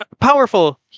powerful